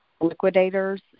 liquidators